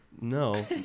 No